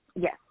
Yes